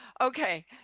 Okay